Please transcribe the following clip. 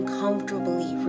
comfortably